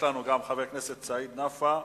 ישנו גם חבר הכנסת סעיד נפאע,